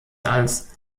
als